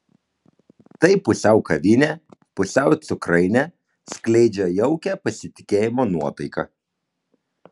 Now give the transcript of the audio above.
tai pusiau kavinė pusiau cukrainė skleidžia jaukią pasitikėjimo nuotaiką